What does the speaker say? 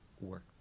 work